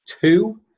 two